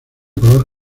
color